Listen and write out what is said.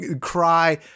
cry